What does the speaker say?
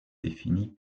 définie